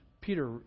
Peter